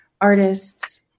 artists